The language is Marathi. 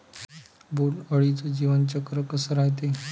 बोंड अळीचं जीवनचक्र कस रायते?